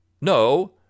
No